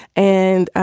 and,